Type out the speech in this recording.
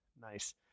Nice